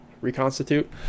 Reconstitute